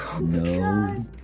no